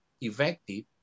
effective